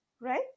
right